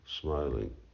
smiling